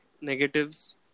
negatives